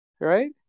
Right